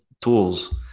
tools